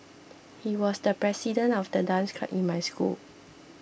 he was the president of the dance club in my school